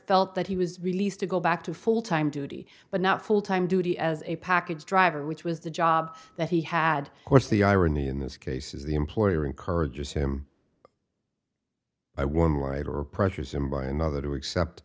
felt that he was released to go back to full time duty but not full time duty as a package driver which was the job that he had course the irony in this case is the employer encourages him by one right or pressures him by another to accept